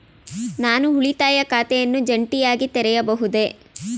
ನಾನು ಉಳಿತಾಯ ಖಾತೆಯನ್ನು ಜಂಟಿಯಾಗಿ ತೆರೆಯಬಹುದೇ?